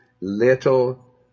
little